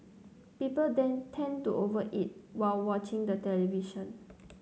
people then tend to over eat while watching the television